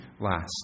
last